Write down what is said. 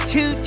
Two